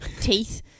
teeth